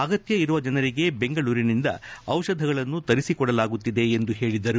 ಅಗತ್ಯ ಇರುವ ಜನರಿಗೆ ಬೆಂಗಳೂರಿನಿಂದ ದಿಷಧಿಗಳನ್ನು ತರಿಸಿಕೊಡಲಾಗುತ್ತಿದೆ ಎಂದು ಹೇಳದರು